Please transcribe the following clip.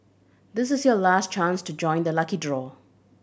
this is your last chance to join the lucky draw